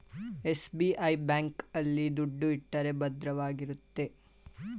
SBI bank ಆಲ್ಲಿ ದುಡ್ಡು ಇಟ್ಟರೆ ಭದ್ರವಾಗಿರುತ್ತೆ